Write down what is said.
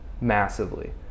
massively